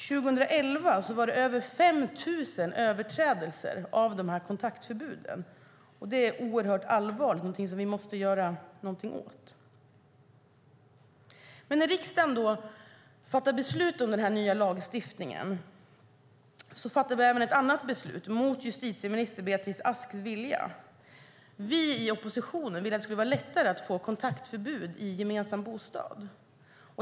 2011 var det över 5 000 överträdelser av kontaktförbuden. Det är oerhört allvarligt och något vi måste göra någonting åt. När riksdagen fattade beslut om den nya lagstiftningen fattade vi även ett annat beslut - mot justitieminister Beatrice Asks vilja. Vi i oppositionen ville att det skulle vara lättare att få kontaktförbud i gemensam bostad.